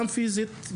גם פיזית,